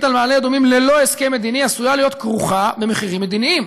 על מעלה-אדומים ללא הסכם מדיני עשויה להיות כרוכה במחירים מדיניים,